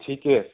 ঠিকে